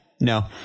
no